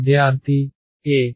విద్యార్థి a